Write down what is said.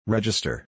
Register